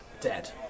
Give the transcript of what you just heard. dead